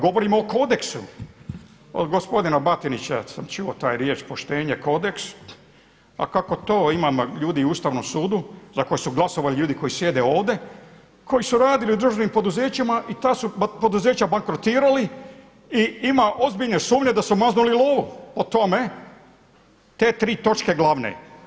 Govorimo o kodeksu, od gospodina Batinića sam čuo tu riječ poštenje, kodeks, a kako to imamo ljudi u Ustavnom sudu za koje su glasovali ljudi koji sjede ovdje koji su radili u državnim poduzećima i ta su poduzeća bankrotirali i ima ozbiljne sumnje da su maznuli lovu po tome te tri točke glavne.